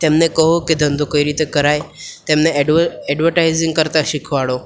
તેમને કહો કે ધંધો કઈ રીતે કરાય તેમને એડવર્ટાઇજિંગ કરતા શીખવાડો